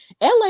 LA